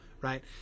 right